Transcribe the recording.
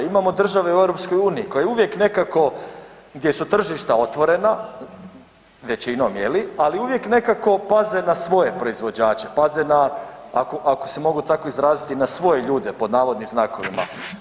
Imamo države u EU koje uvijek nekako gdje su tržišta otvorena, većinom je li, ali uvijek nekako paze na svoje proizvođače, paze na ako se mogu tako izraziti na svoje ljude pod navodnim znakovima.